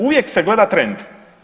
Uvijek se gleda trend.